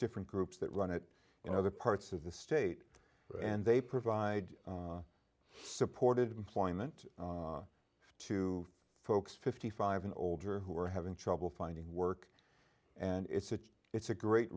different groups that run it in other parts of the state and they provide supported employment to folks fifty five and older who are having trouble finding work and it's a it's a great